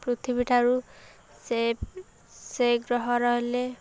ପୃଥିବୀଠାରୁ ସେ ସେ ଗ୍ରହ ରହିଲେ